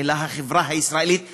אלא החברה הישראלית היהודית.